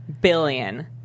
billion